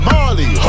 Marley